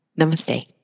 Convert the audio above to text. Namaste